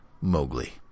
Mowgli